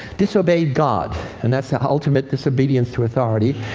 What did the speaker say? disobeyed god, and that's the ultimate disobedience to authority.